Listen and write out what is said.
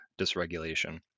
dysregulation